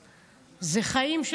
זה לא קואליציה אופוזיציה,